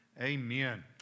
amen